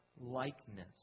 likeness